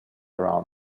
around